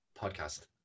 podcast